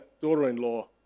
daughter-in-law